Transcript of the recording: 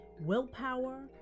Willpower